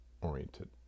oriented